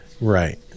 right